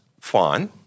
Fine